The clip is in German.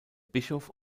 bischof